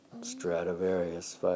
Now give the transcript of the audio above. Stradivarius